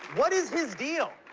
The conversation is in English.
what is his deal?